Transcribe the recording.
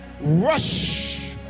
rush